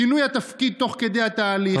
שינוי התפקיד תוך כדי התהליך,